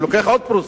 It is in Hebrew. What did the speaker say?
ולוקח עוד פרוסה,